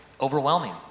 overwhelming